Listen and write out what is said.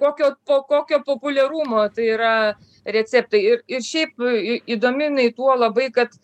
kokio kokio populiarumo tai yra receptai ir ir šiaip į įdomi tuo labai kad